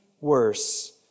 worse